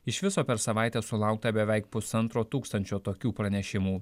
iš viso per savaitę sulaukta beveik pusantro tūkstančio tokių pranešimų